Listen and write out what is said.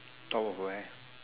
top of where